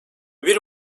bir